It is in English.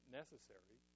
necessary